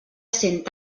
cent